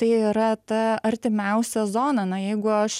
tai yra ta artimiausia zona na jeigu aš